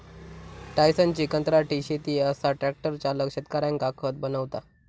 टायसनची कंत्राटी शेती असा ट्रॅक्टर चालक शेतकऱ्यांका खत बनवता